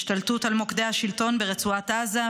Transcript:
השתלטות על מוקדי השלטון ברצועת עזה,